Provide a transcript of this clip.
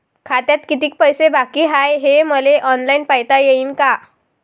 खात्यात कितीक पैसे बाकी हाय हे मले ऑनलाईन पायता येईन का?